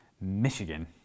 Michigan